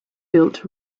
built